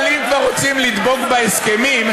אבל אם כבר רוצים לדבוק בהסכמים,